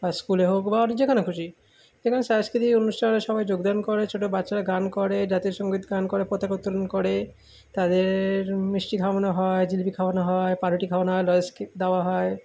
বা স্কুলে হোক বা ওটা যেখানে খুশি যেখানে সাংস্কৃতিক অনুষ্ঠানে সবাই যোগদান করে ছোটো বাচ্চারা গান করে জাতীয় সংগীত গান করে পতাকা উত্তোলন করে তাদের মিষ্টি খাওয়ানো হয় জিলিপি খাওয়ানো হয় পাউরুটি খাওয়ানো হয় লজেন্স কি দাওয়া হয়